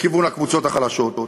לכיוון הקבוצות החלשות.